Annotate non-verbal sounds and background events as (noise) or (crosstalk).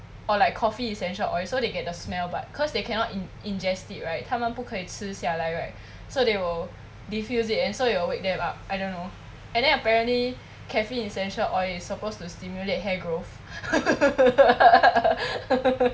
or like coffee essential oil so they get the smell but cause they cannot in~ ingest it right 他们不可以吃下来 right so they will diffuse it and so it will wake them up I don't know and then apparently caffeine essential oil is supposed to stimulate hair growth (laughs)